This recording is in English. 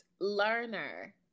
learner